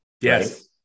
Yes